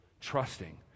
trusting